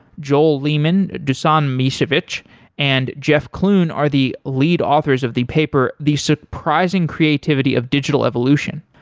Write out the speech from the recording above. joel lehman, dusan misevic and jeff clune are the lead authors of the paper the surprising creativity of digital evolution.